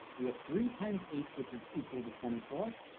we have three times eight which is equal to twenty four.